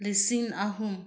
ꯂꯤꯁꯤꯡ ꯑꯍꯨꯝ